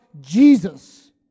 Jesus